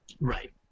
right